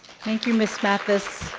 thank you, ms. mathis.